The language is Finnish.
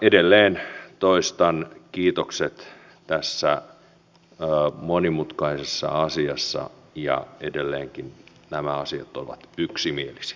edelleen toistan kiitokset tässä monimutkaisessa asiassa ja edelleenkin nämä asiat ovat yksimielisiä